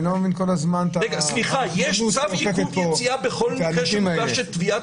אני לא מבין כל הזמן את הרחמנות שאופפת פה את ההליכים האלה.